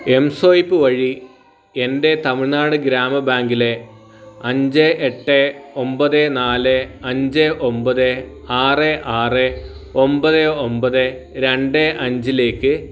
M swipe വഴി എൻ്റെ തമിഴ്നാട് ഗ്രാമ ബാങ്കിലെ അഞ്ച് എട്ട് ഒൻപത് നാല് അഞ്ച് ഒൻപത് ആറ് ആറ് ഒൻപത് ഒൻപത് രണ്ട് അഞ്ചിലേക്ക്